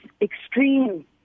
extreme